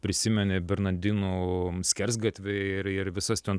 prisimeni bernardinų skersgatvį ir ir visas ten